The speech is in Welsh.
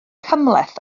cymhleth